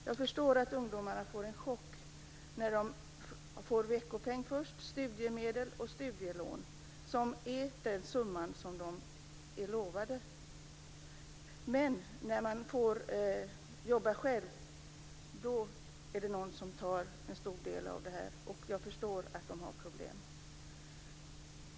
Jag förstår att ungdomarna får en chock när de först får veckopeng, studiemedel och studielån som är den summa som de har blivit lovade, men när de sedan får jobba själva är det någon som tar en stor del av pengarna. Jag förstår att de har problem.